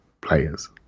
players